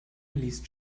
ließ